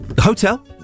hotel